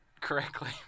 correctly